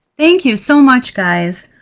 thank you so much guys.